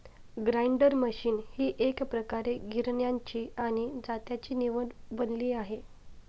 grinder machine ही एकप्रकारे गिरण्यांची आणि जात्याची निवड बनली आहे